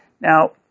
Now